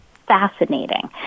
fascinating